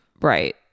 right